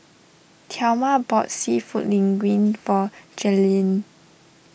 thelma bought Seafood Linguine for Jaylynn